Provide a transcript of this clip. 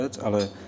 ale